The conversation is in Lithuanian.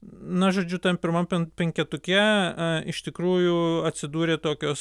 na žodžiu tam pirmam pen penketuke iš tikrųjų atsidūrė tokios